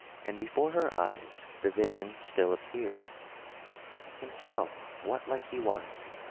and before her eyes the vision still appeared himself what like he was,